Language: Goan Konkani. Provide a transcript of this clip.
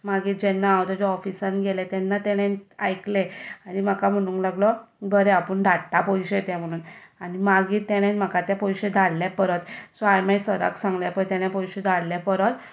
मागीर जेन्ना हांव तेज्या ऑफिसान गेलें तेन्ना ताणें आयकलें आनी म्हाका म्हुणूंक लागलो बरें आपूण धाडटा पयशे ते म्हुणून आनी मागीर ताणें म्हाका ते पयशे धाडले परत सो हांव मागीर सराक सांगलें पय ताणें पयशे धाडले परत